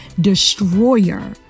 destroyer